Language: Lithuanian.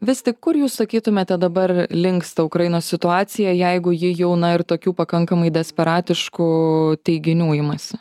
vis tik kur jūs sakytumėte dabar linksta ukrainos situacija jeigu ji jau na ir tokių pakankamai desperatiškų teiginių imasi